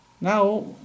Now